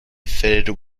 fitted